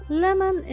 lemon